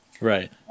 Right